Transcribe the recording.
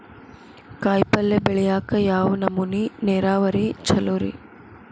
ಕಾಯಿಪಲ್ಯ ಬೆಳಿಯಾಕ ಯಾವ್ ನಮೂನಿ ನೇರಾವರಿ ಛಲೋ ರಿ?